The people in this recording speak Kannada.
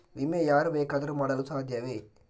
ವಿಮೆ ಯಾರು ಬೇಕಾದರೂ ಮಾಡಲು ಸಾಧ್ಯವೇ?